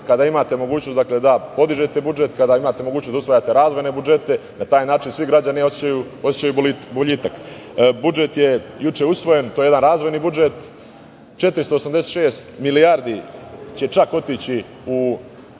Kada imate mogućnost da podižete budžet, kada imate mogućnost da usvajate razvojne budžete, na taj način svi građani osećaju boljitak. Budžet je juče usvojen, to je jedan razvojni budžet, 486 milijardi će otići u